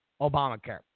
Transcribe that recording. Obamacare